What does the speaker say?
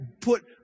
put